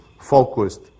focused